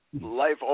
life